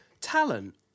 Talent